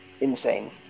insane